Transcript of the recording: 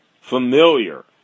familiar